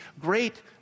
great